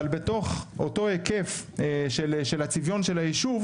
אבל בתוך אותו היקף של הצביון של היישוב,